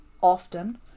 often